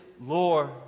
Lord